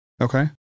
Okay